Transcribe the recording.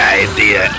idea